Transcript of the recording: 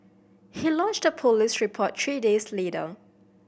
he lodged a police report three days later